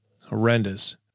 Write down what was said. Horrendous